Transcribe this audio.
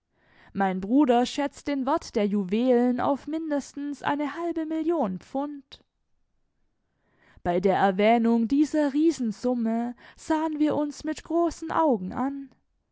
sie er schätzt den wert der edelsteine auf nicht weniger als eine halbe million sterling bei der erwähnung dieser gigantischen summe starrten wir einander mit aufgerissenen augen an